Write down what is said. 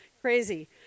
crazy